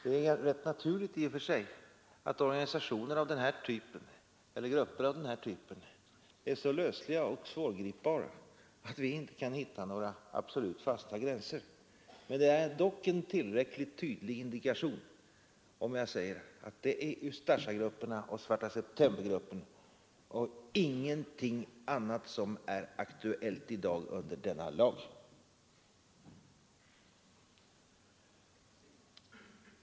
Det är i och för sig rätt naturligt att grupper av den här typen är så lösliga och svårgripbara att vi inte kan finna några absolut fasta gränser. Men det är dock en tillräckligt tydlig indikation om jag säger att det är Ustasja-grupperna och Svarta september och inga andra som i dag är aktuella att omfattas av denna lag.